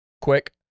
quick